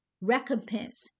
recompense